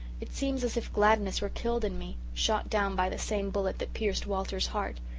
it seems as if gladness were killed in me shot down by the same bullet that pierced walter's heart.